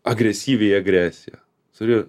agresyviai agresija turi